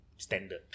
standard